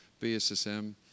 bssm